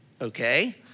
okay